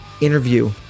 interview